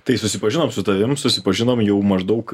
tai susipažinom su tavim susipažinom jau maždaug